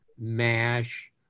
MASH